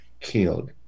killed